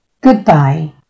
Goodbye